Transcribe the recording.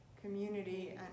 community